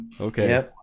Okay